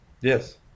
Yes